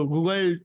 Google